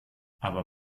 aber